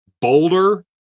Boulder